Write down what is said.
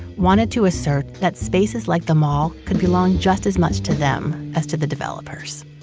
wanted to assert that spaces like the mall could belong just as much to them as to the developers.